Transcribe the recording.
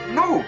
no